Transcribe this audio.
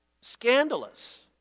scandalous